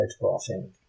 photographing